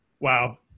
Wow